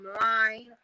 line